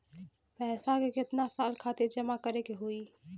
पैसा के कितना साल खातिर जमा करे के होइ?